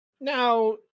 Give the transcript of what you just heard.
Now